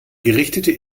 gerichtete